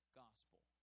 gospel